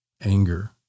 anger